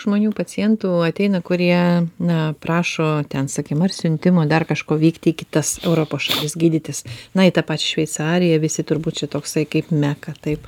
žmonių pacientų ateina kurie na prašo ten sakykim ar siuntimo dar kažko vykti į kitas europos šalis gydytis na į tą pačią šveicariją visi turbūt čia toksai kaip meka taip